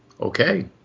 Okay